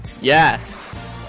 Yes